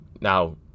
Now